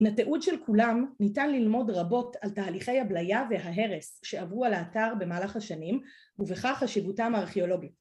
מהתיעוד של כולם ניתן ללמוד רבות על תהליכי הבליה וההרס שעברו על האתר במהלך השנים, ובכך חשיבותם הארכיאולוגית.